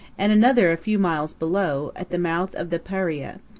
and another a few miles below, at the mouth of the paria,